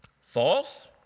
False